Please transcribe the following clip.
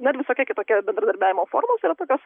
na ir visokie kitokie bendradarbiavimo formos yra tokios